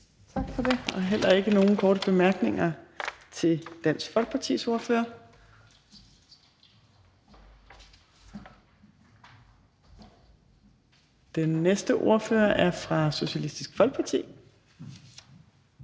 Tak for det. Der er heller ikke nogen korte bemærkninger til Dansk Folkepartis ordfører. Den næste ordfører er fra Socialistisk Folkeparti,